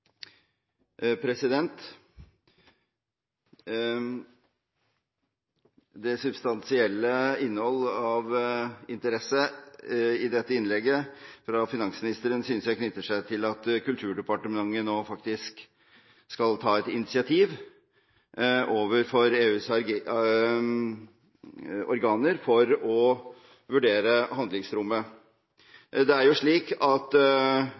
det substansielle innhold av interesse i dette innlegget fra finansministeren knytter seg til at Kulturdepartementet nå faktisk skal ta et initiativ overfor EUs organer for å vurdere handlingsrommet. Det er jo